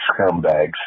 scumbags